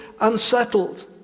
unsettled